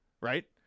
right